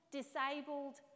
disabled